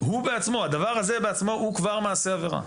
הוא בעצמו, הדבר הזה בעצמו הוא כבר מעשה עבירה.